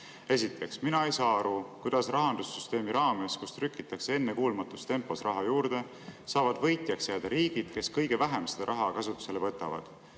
Esiteks, mina ei saa aru, kuidas rahandussüsteemi raames, kus trükitakse ennekuulmatus tempos raha juurde, saavad võitjaks jääda riigid, kes kõige vähem seda raha kasutusele võtavad.